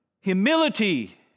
Humility